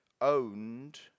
owned